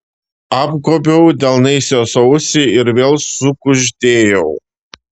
apgobiau delnais jos ausį ir vėl sukuždėjau